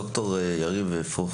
ד"ר יריב פרוכטמן.